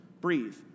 breathe